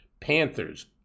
panthers